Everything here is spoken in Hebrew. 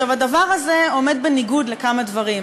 הדבר הזה עומד בניגוד לכמה דברים.